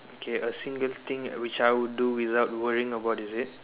okay a single thing which I would do without worrying about is it